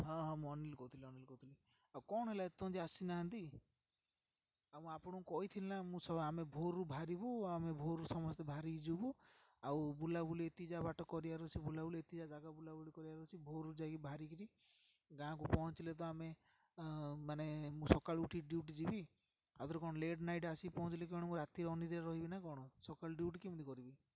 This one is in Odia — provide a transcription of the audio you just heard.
ହଁ ହଁ ମୁଁ ଅନିଲ୍ କହୁଥିଲି ଅନିଲ୍ କହୁଥିଲି ଆଉ କ'ଣ ହେଲା ଏ ପର୍ଯ୍ୟନ୍ତ ଆସିନାହାନ୍ତି ଆଉ ମୁଁ ଆପଣଙ୍କୁ କହିଥିଲି ନା ମୁଁ ଆମେ ଭୋର୍ରୁ ବାହାରିବୁ ଆଉ ଆମେ ଭୋର୍ରୁ ସମସ୍ତେ ଭାରିିକି ଯିବୁ ଆଉ ବୁଲାବୁଲି ଏତିକି ଏକା ବାଟ କରିବାର ଅଛି ବୁଲାବୁଲି ଏତିକି ଏକା ଜାଗା ବୁଲାବୁଲି କରିବାର ଅଛି ଭୋର୍ରୁ ଯାଇକି ବାହାରିକରି ଗାଁକୁ ପହଞ୍ଚିଲେ ତ ଆମେ ମାନେ ମୁଁ ସକାଳୁ ଉଠି ଡ୍ୟୁଟି ଯିବି ଆଉ ଥରେ କ'ଣ ଲେଟ୍ ନାଇଟ୍ ଆସି ପହଞ୍ଚିଲେ କିଅଣ ମୁଁ ରାତିରେ ଅନିଦ୍ରାରେ ରହିବି ନା କ'ଣ ସକାଳୁ ଡ୍ୟୁଟି କେମିତି କରିବି